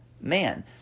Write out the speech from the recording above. man